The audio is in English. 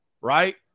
right